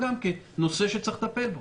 נושא שצריך לטפל בו.